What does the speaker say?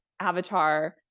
Avatar